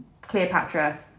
Cleopatra